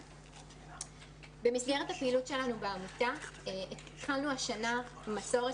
במסגרת הפעילות שלנו בעמותה התחלנו השנה מסורת,